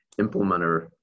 implementer